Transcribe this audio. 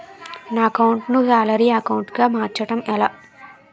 నా అకౌంట్ ను salary account గా మార్చటం ఎలా?